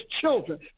children